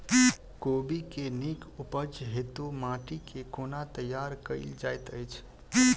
कोबी केँ नीक उपज हेतु माटि केँ कोना तैयार कएल जाइत अछि?